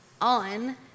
on